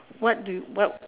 what do you what